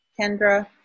Kendra